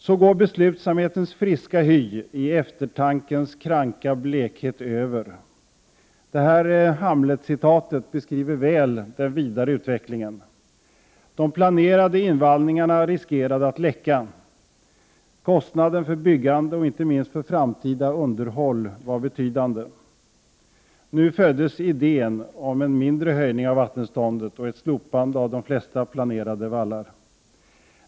”Så går beslutsamhetens friska hy i eftertankens kranka blekhet över.” Detta Hamletcitat beskriver väl den vidare utvecklingen. De planerade invallningarna riskerade att läcka. Kostnaderna för byggande och inte minst för framtida underhåll var betydande. Nu föddes idén om en mindre höjning av vattenståndet och ett slopande av de flesta planerade vallarna.